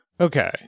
okay